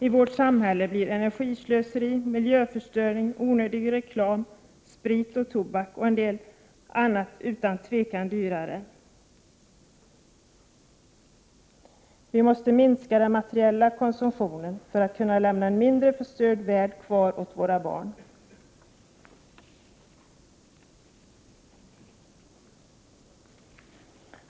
I vårt samhälle blir energislöseri, miljöförstöring, onödig reklam, sprit och tobak och en del annat utan tvivel dyrare. Vi måste minska den materiella konsumtionen för att kunna lämna en mindre förstörd värld åt våra barn.